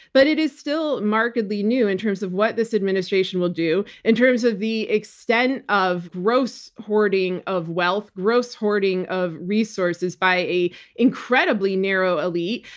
but it is still markedly new in terms of what this administration will do, in terms of the extent of gross hoarding of wealth, gross hoarding of resources by an incredibly narrow elite,